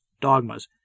Dogmas